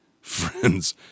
friends